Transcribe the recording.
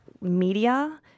media